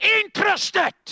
interested